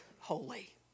holy